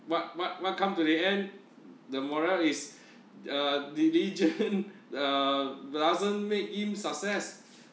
what what what come to the end the moral is uh diligent err doesn't make him success